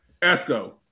Esco